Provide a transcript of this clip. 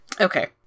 Okay